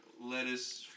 Lettuce